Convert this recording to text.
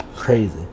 crazy